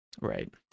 Right